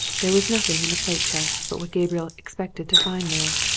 there was nothing in the plate-chest but what gabriel expected to find there.